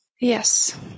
yes